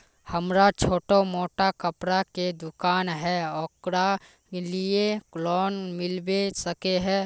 हमरा छोटो मोटा कपड़ा के दुकान है ओकरा लिए लोन मिलबे सके है?